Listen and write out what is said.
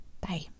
Bye